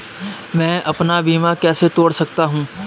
मैं अपना बीमा कैसे तोड़ सकता हूँ?